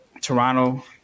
Toronto